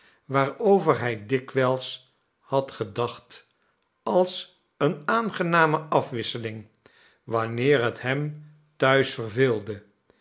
waarover hij dikwijls had gedacht als eene aangename afwisseling wanneer het hem thuis verveelde